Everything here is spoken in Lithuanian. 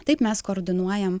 taip mes koordinuojam